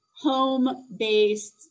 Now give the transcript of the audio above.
home-based